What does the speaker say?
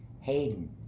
hayden